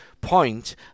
point